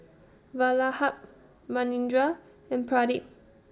Vallabhbhai Manindra and Pradip